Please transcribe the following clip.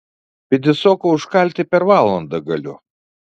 pidisoką užkalti per valandą galiu